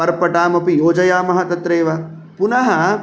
पर्पटामपि योजयामः तत्रैव पुनः